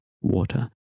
water